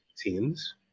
teens